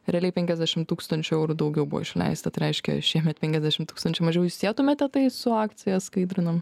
realiai penkiasdešim tūkstančių eurų daugiau buvo išleista tai reiškia šiemet penkiasdešim tūkstančių mažiau jūs sietumėte tai su akcija skaidrinam